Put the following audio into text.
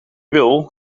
wil